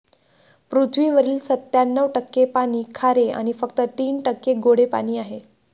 पृथ्वीवरील सत्त्याण्णव टक्के पाणी खारे आणि फक्त तीन टक्के गोडे पाणी आहे